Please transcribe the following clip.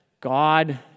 God